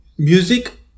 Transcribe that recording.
Music